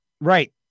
Right